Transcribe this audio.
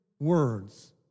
Words